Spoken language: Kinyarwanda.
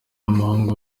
y’umuhungu